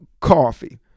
coffee